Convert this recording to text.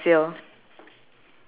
yours have the word for sale